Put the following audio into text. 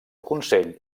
consell